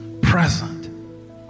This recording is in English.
present